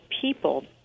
people